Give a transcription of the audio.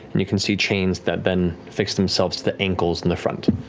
and you can see chains that then fix themselves to the ankles in the front.